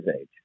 age